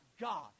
God